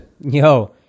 Yo